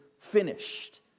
finished